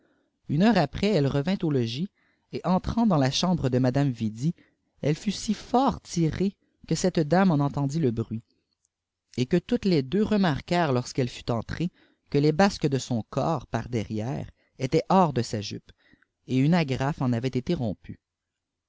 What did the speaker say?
une heure après rilè revint au ks et entrant dans te diambre de madame vidi elle fiit si fort tirée pie cdtte dame en entendit le bruit et que toutes les deux remarqiïirefiit lorsmi'dlfe ftif entrée que les basques de son corps par ferrièrte étai hors de sa jupe et une agrafe en avait été rompue